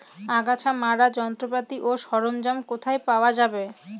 আগাছা মারার যন্ত্রপাতি ও সরঞ্জাম কোথায় পাওয়া যাবে?